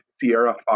Sierra